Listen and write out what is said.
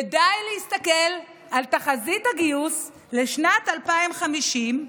ודי להסתכל על תחזית הגיוס לשנת 2050,